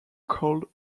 called